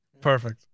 Perfect